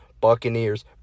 Buccaneers